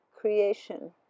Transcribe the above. creation